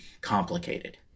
complicated